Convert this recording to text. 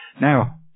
Now